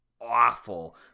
awful